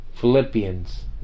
Philippians